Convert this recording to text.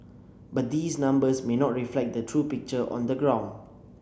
but these numbers may not reflect the true picture on the ground